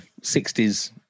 60s